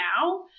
now